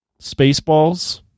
Spaceballs